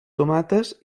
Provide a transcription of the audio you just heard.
tomates